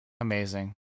Amazing